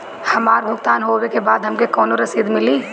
हमार भुगतान होबे के बाद हमके कौनो रसीद मिली?